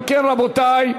אם כן, רבותי,